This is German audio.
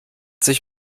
sich